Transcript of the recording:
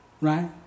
right